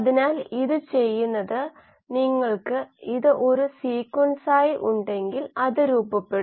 അതിനാൽ അവയെ അളക്കുന്നതിലൂടെ നമുക്ക് ഇൻട്രാ സെല്ലുലാർ മെറ്റാബോലൈറ്റ് ഫ്ലക്സ് കണക്കാക്കാം ശരിയല്ലേ